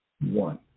One